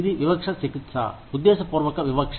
ఇది వివక్ష చికిత్స ఉద్దేశపూర్వక వివక్ష